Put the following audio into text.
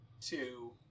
two